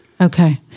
Okay